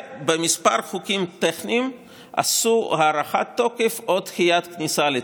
במספר חוקים טכניים עשו הארכת תוקף או דחיית כניסה לתוקף.